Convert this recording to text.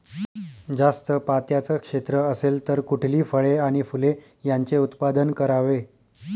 जास्त पात्याचं क्षेत्र असेल तर कुठली फळे आणि फूले यांचे उत्पादन करावे?